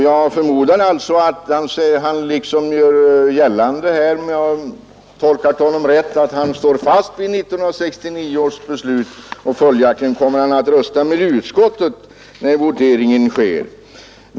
Jag förmodar att han vill göra gällande här, om jag har tolkat honom rätt, att han står fast vid 1969 års beslut och följaktligen kommer att rösta för utskottets hemställan när voteringen sker.